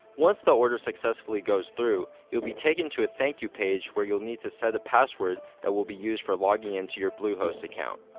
once the order successfully goes through, you'll be taken to a thank you page where you'll need to set a password that will be used for logging into your bluehost account.